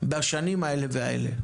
בשנים האלה והאלה.